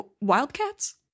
Wildcats